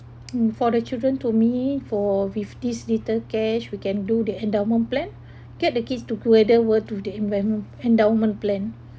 mm for the children to me for with these little cash we can do the endowment plan get the keys together were to the endowment endowment plan